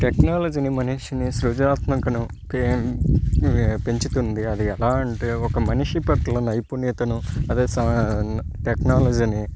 టెక్నాలజీని మనిషి సృజనాత్మకతను పెం పెంచుతుంది అది ఎలా అంటే ఒక మనిషి పట్ల నైపుణ్యతను అదే సా టెక్నాలజీని